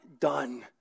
done